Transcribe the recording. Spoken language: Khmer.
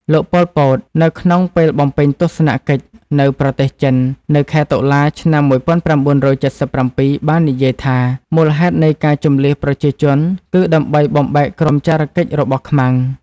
លោក ប៉ុល ពត នៅក្នុងពេលបំពេញទស្សនកិច្ចនៅប្រទេសចិននៅខែតុលា ឆ្នាំ ១៩៧៧ បាននិយាយថា មូលហេតុនៃការជម្លៀសប្រជាជនគឺដើម្បីបំបែកក្រុមចារកិច្ចរបស់ខ្មាំង។